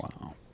Wow